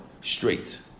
straight